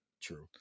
True